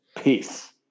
Peace